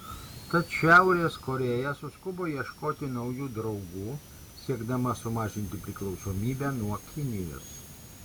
tad šiaurės korėja suskubo ieškoti naujų draugų siekdama sumažinti priklausomybę nuo kinijos